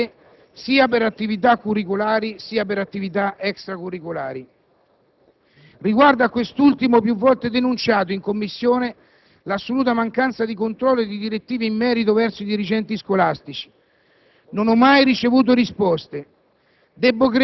in vere e proprie tasse aggiuntive, che devono essere pagate sia per attività curricolari sia per attività extracurricolari. Riguardo a quest'ultimo aspetto, ho più volte denunciato in Commissione l'assoluta mancanza di controllo e di direttive verso i dirigenti scolastici,